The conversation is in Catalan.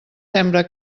sembra